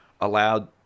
allowed